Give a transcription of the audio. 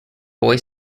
boy